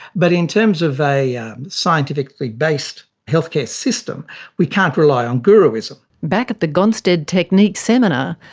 but in terms of a um scientifically-based healthcare system we can't rely on guruism. back at the gonstead technique seminar,